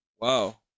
Wow